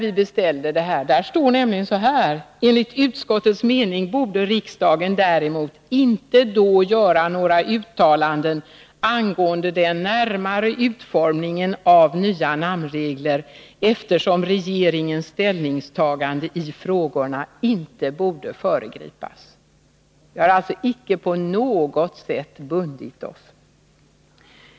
I den står nämligen: ”Enligt utskottets mening borde riksdagen däremot inte då göra några uttalanden angående den närmare utformningen av nya namnregler, eftersom regeringens ställningstagande i frågorna inte borde föregripas.” Vi har alltså icke på något sätt bundit oss.